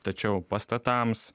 tačiau pastatams